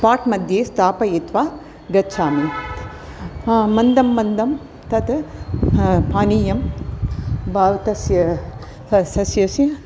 पाट्मध्ये स्थापयित्वा गच्छामि मन्दं मन्दं तत् पानीयं भवतस्य सस्यस्य